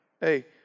Hey